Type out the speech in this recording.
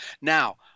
Now